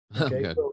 okay